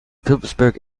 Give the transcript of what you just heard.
phillipsburg